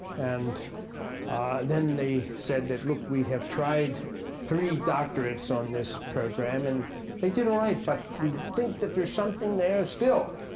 and then they said that, look, we have tried three doctorates on this program. and they did all right. but we think that there's something there still.